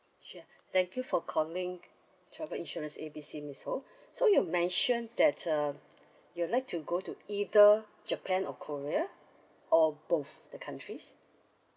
sure thank you for calling travel insurance A B C miss ho so you mentioned that uh you'll like to go to either japan or korea or both the countries